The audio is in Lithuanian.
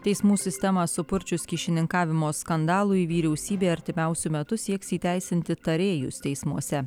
teismų sistemą supurčius kyšininkavimo skandalui vyriausybė artimiausiu metu sieks įteisinti tarėjus teismuose